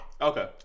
Okay